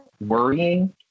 worrying